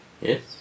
Yes